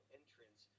entrance